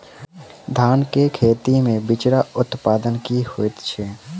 धान केँ खेती मे बिचरा उत्पादन की होइत छी?